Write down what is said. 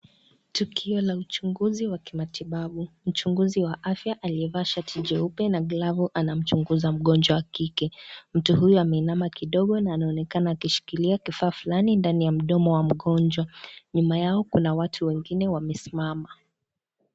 Tukio la uchunguzi wa kimatibabu, mchunguzi wa afya aliyevaa shati jeupe na glavu anamchunguza mgonjwa wa kike. Mtu huyo ameinama kidogo na anaonekana akishikilia kifaa fulani ndani ya mdomo wa mgonjwa. Nyuma yao kuna watu wengine wamesimama.